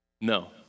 No